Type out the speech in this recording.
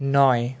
নয়